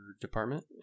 Department